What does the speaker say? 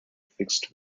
fixed